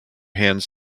hands